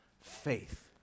faith